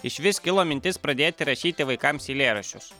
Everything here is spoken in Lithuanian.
išvis kilo mintis pradėti rašyti vaikams eilėraščius